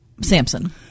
Samson